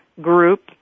group